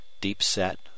Deep-set